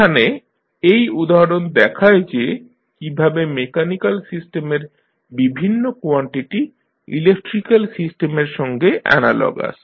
এখানে এই উদাহরণ দেখায় যে কিভাবে মেকানিক্যাল সিস্টেমের বিভিন্ন কোয়ানটিটি ইলেক্ট্রিক্যাল সিস্টেমের সঙ্গে অ্যানালগাস